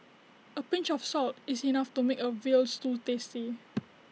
A pinch of salt is enough to make A Veal Stew tasty